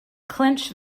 clinch